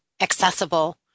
accessible